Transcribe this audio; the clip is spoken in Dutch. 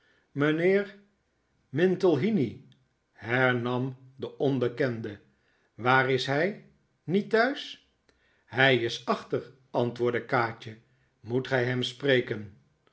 mintlehiney hernam de onbekende waar is hij niet thuis hij is achter antwoordde kaatje moet gij hem spreken